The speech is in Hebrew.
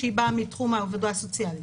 שהיא באה מתחום העבודה הסוציאלית.